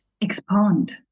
expand